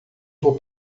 vou